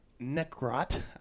Necrot